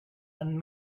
and